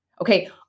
Okay